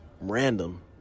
random